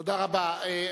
תודה רבה.